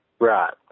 Right